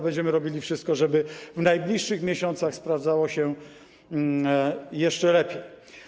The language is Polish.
Będziemy robili wszystko, żeby w najbliższych miesiącach sprawdzało się jeszcze lepiej.